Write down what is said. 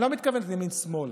אני לא מתכוון לימין שמאל,